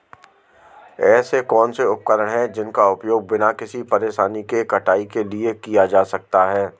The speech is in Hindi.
ऐसे कौनसे उपकरण हैं जिनका उपयोग बिना किसी परेशानी के कटाई के लिए किया जा सकता है?